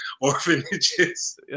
orphanages